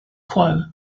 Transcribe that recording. quo